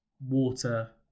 water